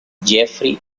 jeffrey